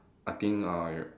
I think uh